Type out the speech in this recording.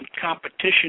competition